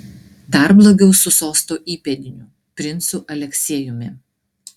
dar blogiau su sosto įpėdiniu princu aleksiejumi